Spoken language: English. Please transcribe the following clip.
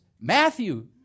Matthew